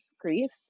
grief